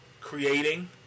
creating